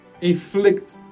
inflict